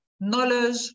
knowledge